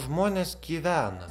nu žmonės gyvena